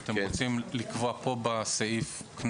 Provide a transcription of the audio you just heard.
אתם רוצים לקבוע בסעיף קנס?